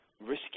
risking